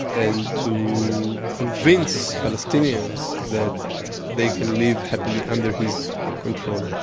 and to convince palestinians that they can live happily under his control.